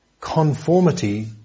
conformity